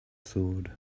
sword